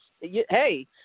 hey